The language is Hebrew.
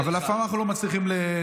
אבל אף פעם אנחנו לא מצליחים לשלוט.